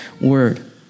word